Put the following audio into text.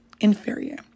inferior